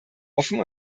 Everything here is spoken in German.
offen